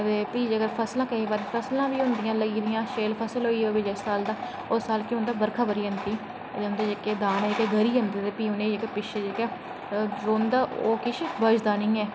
फ्ही केईं बारी फसलां बी होंदियां शैल लग्गी दियां फसल होई होग जिस साल तां उस साल केह् होंदा बर्खा बरी जंदी उंदे दाने जेह्के किरी जंदे ते पिच्छें जेह्का उंदा किश बचदा नी ऐ